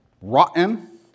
rotten